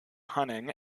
hunting